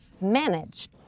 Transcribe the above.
manage